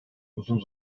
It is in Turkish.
uzun